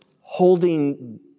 holding